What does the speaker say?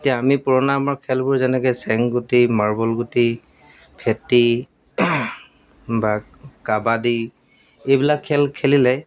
এতিয়া আমি পুৰণা আমাৰ খেলবোৰ যেনেকৈ চেং গুটি মাৰ্বল গুটি ফেটি বা কাবাডী এইবিলাক খেল খেলিলে